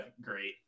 great